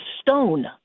stone